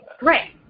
Right